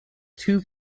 two